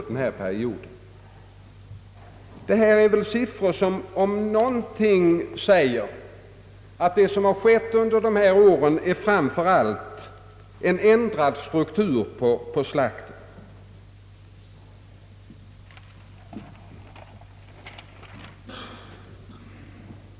Detta är siffror som om något säger att det under dessa år har skett en strukturförändring beträffande slakt.